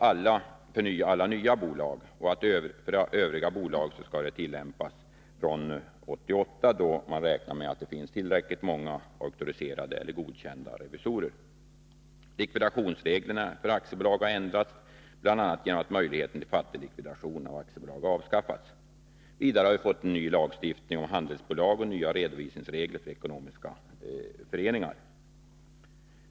I övriga aktiebolag skall bestämmelserna tillämpas från 1988, då man räknar med att det finns tillräckligt många auktoriserade eller godkända revisorer. Likvidationsreglerna för aktiebolag har ändrats, bl.a. genom att möjligheten till fattiglikvidation av aktiebolag avskaffats. Vidare har vi fått en ny lagstiftning om handelsbolag och nya redovisningsregler för ekonomiska föreningar.